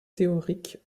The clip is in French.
théorique